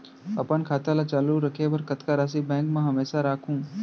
अपन खाता ल चालू रखे बर कतका राशि बैंक म हमेशा राखहूँ?